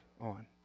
on